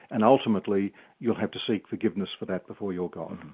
and ultimately you'll have to seek forgiveness for that before your god.